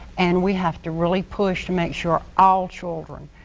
and we have to really push to make sure all children,